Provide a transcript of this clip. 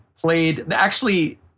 played—actually